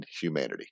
humanity